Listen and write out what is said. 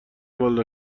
والا